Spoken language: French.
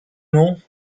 non